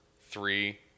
Three